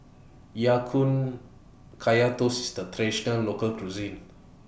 Ya Kun Kaya Toast IS A Traditional Local Cuisine